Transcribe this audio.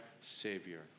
Savior